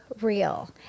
real